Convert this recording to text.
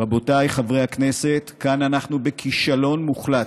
רבותיי חברי הכנסת, כאן אנחנו בכישלון מוחלט,